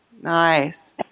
Nice